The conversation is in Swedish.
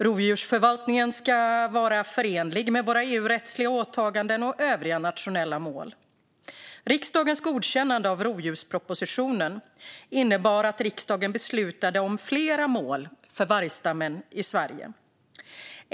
Rovdjursförvaltningen ska vara förenlig med våra EU-rättsliga åtaganden och övriga nationella mål. Riksdagens godkännande av rovdjurspropositionen innebar att riksdagen beslutade om flera mål för vargstammen i Sverige.